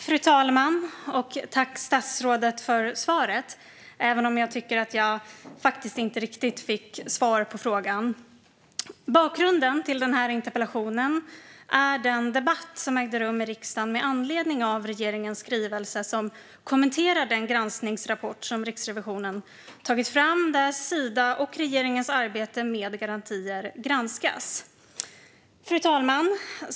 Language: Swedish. Fru talman! Jag tackar statsrådet för svaret, även om jag faktiskt inte tycker att jag riktigt fick svar på frågan. Bakgrunden till den här interpellationen är den debatt som ägde rum i riksdagen med anledning av regeringens skrivelse som kommenterar Riksrevisionens granskningsrapport där Sidas och regeringens arbete med garantier granskas. Fru talman!